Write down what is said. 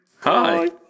Hi